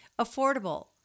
Affordable